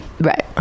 right